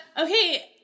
Okay